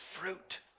fruit